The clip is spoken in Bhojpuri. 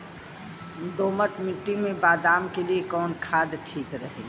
दोमट मिट्टी मे बादाम के लिए कवन खाद ठीक रही?